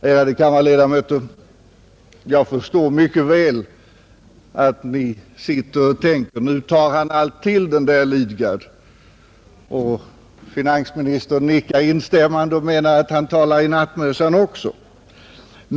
Ärade kammarledamöter! Jag förstår mycket väl att ni sitter och tänker: ”Nu tar han allt till, den där Lidgard.” Finansministern nickar instämmande, ser jag, och menar tydligen att ”han talar i nattmössan också”.